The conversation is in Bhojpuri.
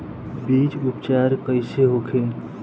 बीज उपचार कइसे होखे?